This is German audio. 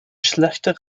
schlechter